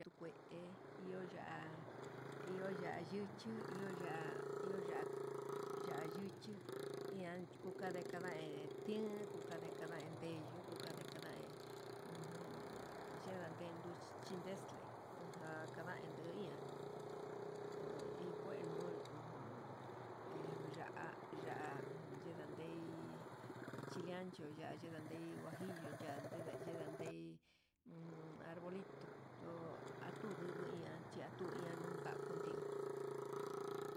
Tukue iho ya'á, iho ya'a ytuka duchi iho ya'á kuka ndekanda he tin kekadekada ndeyuu yuku kakanda ujun, yande yuchi chilexcle ndujan kanda tu'uya he hi kue nunu jun eco ya'á, ya'á yundan ndei chile ancho ya'á yundan ndei huajillo yan ndundei yindandei arbolito atuduu divi ian chiatu inunka kundiu.